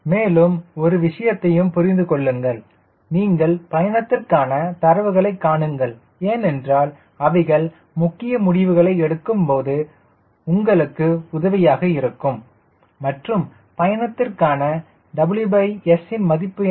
மேலும் ஒரு விஷயத்தையும் புரிந்து கொள்ளுங்கள் நீங்கள் பயணத்திற்கான தரவுகளை காணுங்கள் ஏனென்றால் அவைகள் முக்கிய முடிவுகளை எடுக்கும்போது உதவியாக இருக்கும் மற்றும் பயணத்திற்கான WS ன் மதிப்பு என்ன